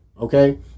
okay